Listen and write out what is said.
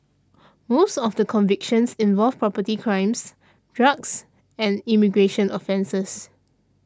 most of the convictions involved property crimes drugs and immigration offences